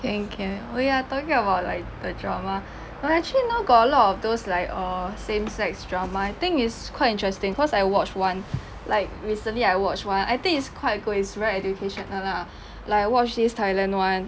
can can oh ya talking about like the drama err actually now got a lot of those like err same sex drama I think it's quite interesting cause I watch one like recently I watch one I think it's quite good it's very educational lah like I watch this thailand [one]